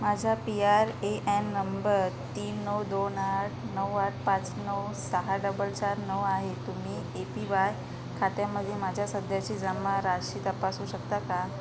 माझा P R A N number तीन नऊ दोन आठ नऊ आठ पाच नऊ सहा डबल चार नऊ आहे तुम्ही ए पी वाय खात्यामध्ये माझ्या सध्याची जमा राशी तपासू शकता का